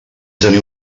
tenir